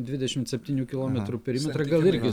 dvidešim septynių kilometrų perimetrą gal irgi